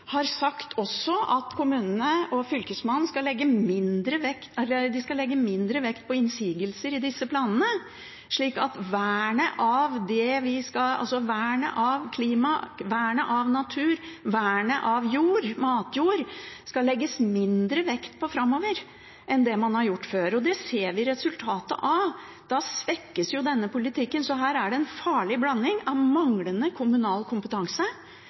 har sagt at kommunene og Fylkesmannen skal legge mindre vekt på innsigelser i disse planene, ved at det framover skal legges mindre vekt på vernet av klima, vernet av natur, vernet av jord, av matjord, framover enn det er blitt gjort før. Det ser vi resultatet av. Da svekkes denne politikken. Så her er det en farlig blanding av manglende kommunal kompetanse